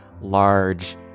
large